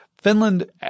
Finland